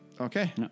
Okay